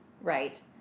Right